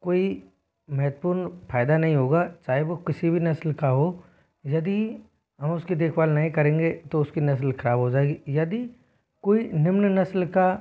कोई महत्वपूर्ण फायदा नहीं होगा चाहे वो किसी भी नस्ल का हो यदि हम उसकी देखभाल नहीं करेंगे तो उसकी नस्ल खराब हो जाएगी यदि कोई निम्न नस्ल का